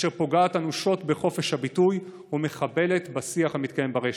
אשר פוגעת אנושות בחופש הביטוי ומחבלת בשיח המתקיים ברשת.